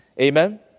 Amen